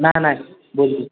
नाही नाही बोल तू